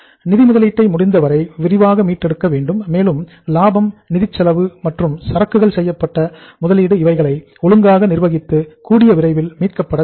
நிதி முதலீட்டை முடிந்தவரை விரைவாக மீட்டெடுக்க வேண்டும் மேலும் லாபம் நிதிச் செலவு மற்றும் சரக்குகளில் செய்யப்பட்ட முதலீடு இவைகளை ஒழுங்காக நிர்வகித்து கூடிய விரைவில் மீட்கப்பட வேண்டும்